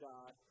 God